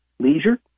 leisure